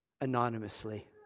anonymously